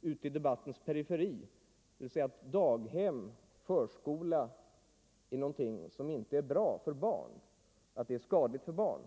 ute i debattens periferi, nämligen att daghem och annan förskola inte är bra eller t.o.m. är skadliga för barn.